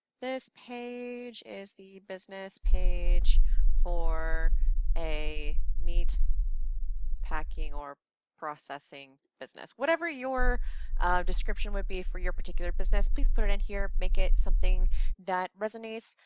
this page is the business page for a meat packing or processing business. whatever your description would be for your particular business, please put it in here. make it something that resonates,